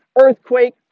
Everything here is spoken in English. earthquake